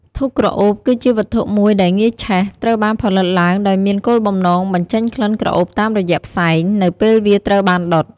ធូបក្រអូប គឺជាវត្ថុមួយដែលងាយឆេះ ត្រូវបានផលិតឡើងដោយមានគោលបំណងបញ្ចេញក្លិនក្រអូបតាមរយៈផ្សែង នៅពេលវាត្រូវបានដុត។"